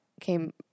came